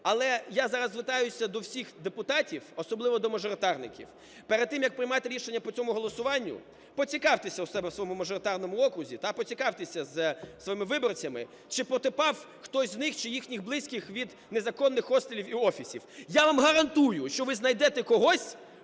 Але я зараз звертаюся до всіх депутатів, особливо до мажоритарників, перед тим як приймати рішення по цьому голосуванню поцікавтеся у себе в своєму мажоритарному окрузі та поцікавтеся з своїми виборцями: чи потерпав хтось з них, чи їхніх близьких від незаконних хостелів і офісів. Я вам гарантую, що ви знайдете когось,